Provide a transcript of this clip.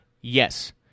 Yes